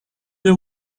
they